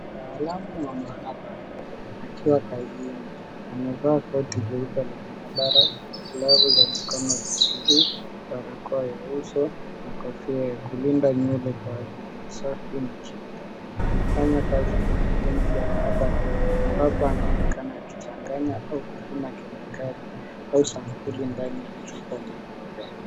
Mtaalamu wa maabara akiwa kazini amevaa koti jeupe la maabara, glavu za mikono za blue , barakoa ya uso na kofia ya kulinda nywele kwa ajili ya safi na kinga. Anafanya kazi kwenye benchi ya maabara ambapo anaonekana akichanganya au kupima kemikali au sampuli ndani ya chupa nyeupe.